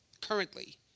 Currently